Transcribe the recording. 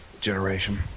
generation